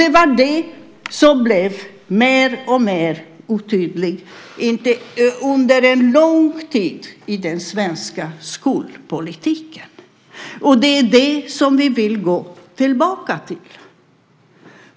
Det var detta som blev mer och mer otydligt under en lång tid i den svenska skolpolitiken, och det är detta som vi vill gå tillbaka till.